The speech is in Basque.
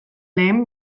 lehen